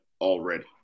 already